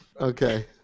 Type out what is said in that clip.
Okay